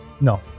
No